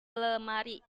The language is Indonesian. lemari